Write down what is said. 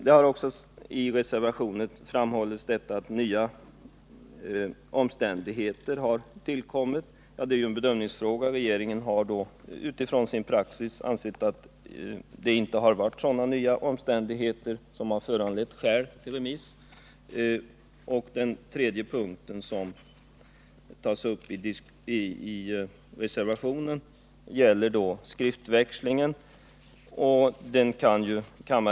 Det har också i reservationen framhållits att nya omständigheter skulle ha tillkommit. Det är en bedömningsfråga. Regeringen har utifrån sin praxis ansett att det inte varit några sådana nya omständigheter som skulle ha föranlett skäl till remiss. I reservationen tas också upp den skriftväxling som förekommit och som kammaren kan ta del av i betänkandet.